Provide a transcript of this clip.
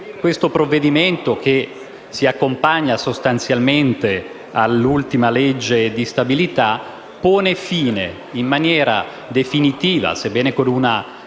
questo provvedimento, che si accompagna all'ultima legge di stabilità, pone fine in maniera definitiva - sebbene con una